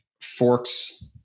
forks